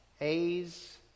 A's